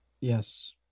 Yes